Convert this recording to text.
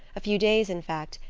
a few days, in fact,